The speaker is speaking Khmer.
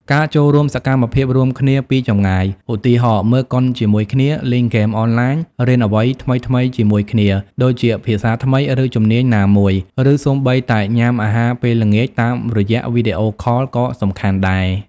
ការចូលរួមសកម្មភាពរួមគ្នាពីចម្ងាយ ឧទាហរណ៍មើលកុនជាមួយគ្នា លេងហ្គេមអនឡាញ រៀនអ្វីថ្មីៗជាមួយគ្នា ដូចជាភាសាថ្មី ឬជំនាញណាមួយ ឬសូម្បីតែញ៉ាំអាហារពេលល្ងាចតាមរយៈវីដេអូខលក៏សំខាន់ដែរ។